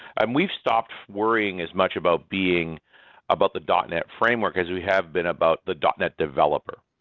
and we've stopped worrying as much about being about the dot net framework as we have been about the dot net developer,